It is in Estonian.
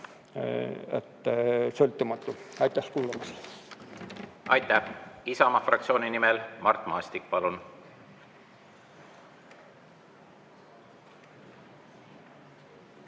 sõltumatu. Aitäh kuulamast! Aitäh! Isamaa fraktsiooni nimel Mart Maastik, palun!